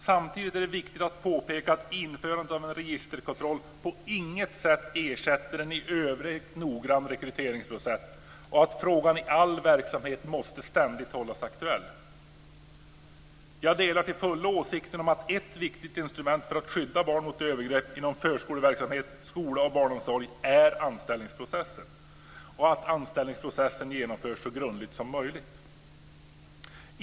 Samtidigt är det viktigt att påpeka att införandet av en registerkontroll på inget sätt ersätter en i övrigt noggrann rekryteringsprocess och att frågan i all verksamhet ständigt måste hållas aktuell. Jag delar till fullo åsikten om att ett viktigt instrument för att skydda barn mot övergrepp inom förskoleverksamhet, skola och barnomsorg är att anställningsprocessen genomförs så grundligt som möjligt.